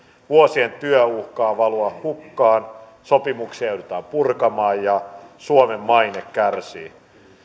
vuosien työ uhkaa valua hukkaan sopimuksia joudutaan purkamaan ja suomen maine kärsii